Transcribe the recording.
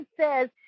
says